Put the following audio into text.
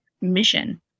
mission